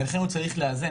לכן הוא צריך לאזן.